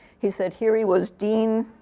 he said, here he was dean,